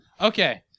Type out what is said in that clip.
Okay